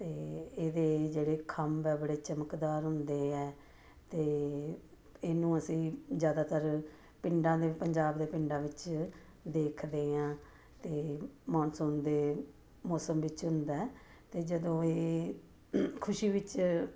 ਅਤੇ ਇਹਦੇ ਜਿਹੜੇ ਖੰਭ ਆ ਬੜੇ ਚਮਕਦਾਰ ਹੁੰਦੇ ਹੈ ਅਤੇ ਇਹਨੂੰ ਅਸੀਂ ਜ਼ਿਆਦਾਤਰ ਪਿੰਡਾਂ ਦੇ ਪੰਜਾਬ ਦੇ ਪਿੰਡਾਂ ਵਿੱਚ ਦੇਖਦੇ ਹਾਂ ਅਤੇ ਮੌਨਸੂਨ ਦੇ ਮੌਸਮ ਵਿੱਚ ਹੁੰਦਾ ਅਤੇ ਜਦੋਂ ਇਹ ਖੁਸ਼ੀ ਵਿੱਚ